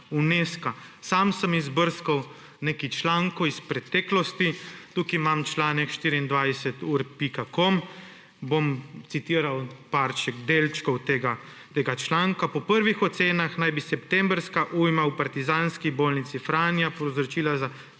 Sam sem izbrskal nekaj člankov iz preteklosti, tukaj imam članek 24ur.com, citiral bom nekaj delčkov tega članka: »po prvih ocenah naj bi septembrska ujma v Partizanski bolnici Franja povzročila za